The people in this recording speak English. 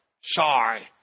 Sorry